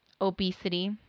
obesity